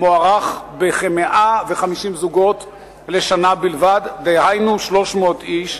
מוערך בכ-150 זוגות לשנה בלבד, דהיינו 300 איש.